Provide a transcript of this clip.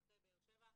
אחרי באר שבע,